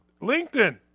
LinkedIn